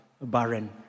Barren